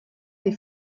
les